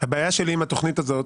שלי עם התוכנית הזאת